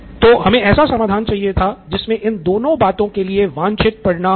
तो हमे ऐसा समाधान चाहिए था जिसमे इन दोनों बातों के लिए वांछित परिणाम हो